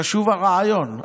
חשוב הרעיון.